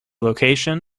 location